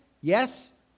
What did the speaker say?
Yes